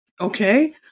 Okay